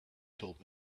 told